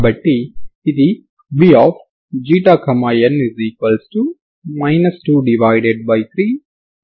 కాబట్టి ఇది vξη 23C1